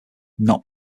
not